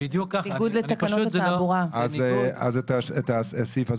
בדיוק ככה --- אז את הסעיף הזה